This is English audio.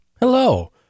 Hello